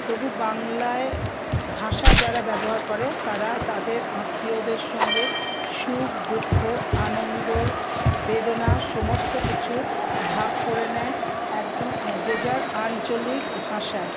তবু বাংলা ভাষা যারা ব্যবহার করে তারা তাদের আত্মীয়দের সঙ্গে সুখ দুঃখ আনন্দ বেদনা সমস্ত কিছু ভাগ করে নেয় একদম যে যার আঞ্চলিক ভাষায়